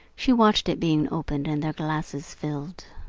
she watched it being opened and their glasses filled.